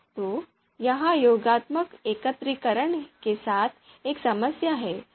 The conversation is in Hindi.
तो यह योगात्मक एकत्रीकरण के साथ एक समस्या है